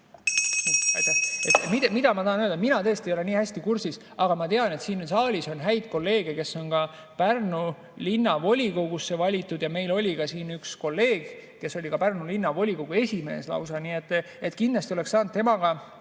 helistab kella.), mina tõesti ei ole nii hästi kursis, aga ma tean, et siin saalis on häid kolleege, kes on ka Pärnu Linnavolikogusse valitud, ja meil oli siin üks kolleeg, kes oli lausa Pärnu Linnavolikogu esimees. Nii et kindlasti oleks saanud temaga